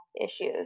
issues